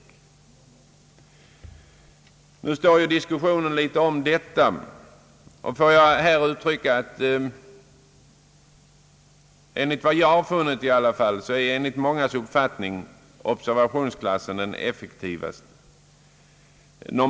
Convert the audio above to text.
Nu pågår det en diskussion om dessa saker, men jag har funnit att enligt mångas uppfattning är observationsklassen mest effektiv.